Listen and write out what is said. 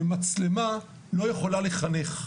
ומצלמה לא יכולה לחנך.